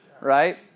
right